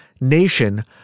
nation